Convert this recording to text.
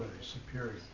superior